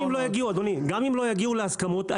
גם אם לא יגיעו להסכמות,